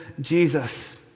Jesus